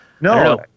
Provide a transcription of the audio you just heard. No